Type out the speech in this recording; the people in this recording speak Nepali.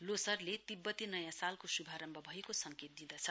लोसारले तिब्बती नयाँ सालको श्भारम्भ भएको संकेत दिँदछ